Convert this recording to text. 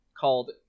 called